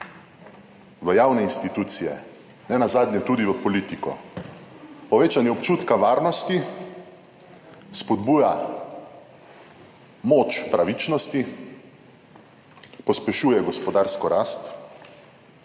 v javne institucije, nenazadnje tudi v politiko. Povečanje občutka varnosti spodbuja moč pravičnosti, pospešuje gospodarsko rast,